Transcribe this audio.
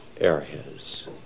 areas